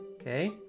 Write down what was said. Okay